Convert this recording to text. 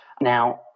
Now